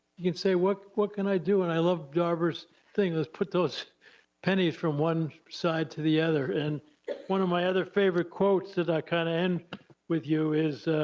you can say what what can i do? and i love barbara's thing, let's put those pennies from one side to the other, and yeah one of my other favorite quotes that i gotta kind of end with you is,